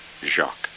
Jacques